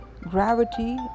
gravity